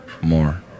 more